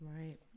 Right